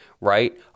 right